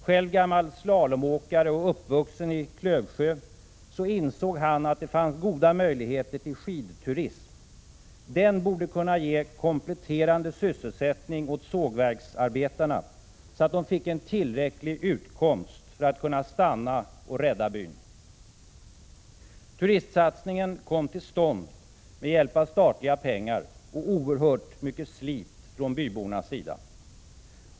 Själv gammal slalomåkare och uppvuxen i Klövsjö insåg han att där fanns goda möjligheter till skidturism. Den borde kunna ge kompletterande sysselsättning åt sågverksarbetarna så att de fick tillräcklig utkomst för att kunna stanna och rädda byn. Turistsatsningen kom till stånd med hjälp av statliga pengar och oerhört mycket slit från bybornas sida.